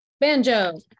banjo